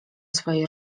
swojej